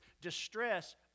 distress